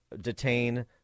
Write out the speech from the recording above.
detain